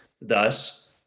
thus